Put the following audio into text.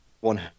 one